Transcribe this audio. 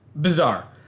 Bizarre